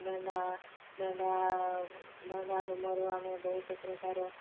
ମେଣ୍ଢା ମେଣ୍ଢା ମେଣ୍ଢା ରୁମରୁ ଆମେ ବହୁତ ପ୍ରକାର